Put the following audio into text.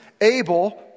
Abel